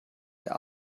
der